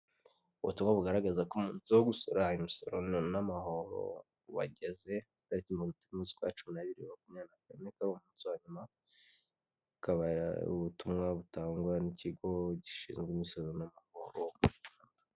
Ubutumwa bugaragaza ko umunsi wo gusora imisoro n'amahoro wageze, ku itariki mirongo itatu n'imwe z'ukwa cumi bibiri na makumyabiri na kane, uyu akaba ariwo munsi wa nyuma akaba ubutumwa butangwa n'ikigo gishinzwe imisoro n'amahoro.